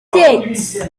six